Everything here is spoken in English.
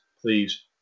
please